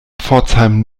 pforzheim